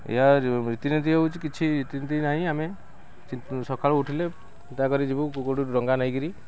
ଏହା ରୀତିନୀତି ହେଉଛି କିଛି ରୀତିନୀତି ନାହିଁ ଆମେ ସକାଳୁ ଉଠିଲେ ଚିନ୍ତା କରି ଯିବୁ କେଉଁପଟୁ ଡଙ୍ଗା ନେଇକିରି